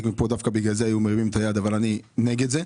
מהנוכחים כאן דווקא בגלל זה כן היו מרימים את היד אבל אני נגד זה.